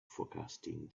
forecasting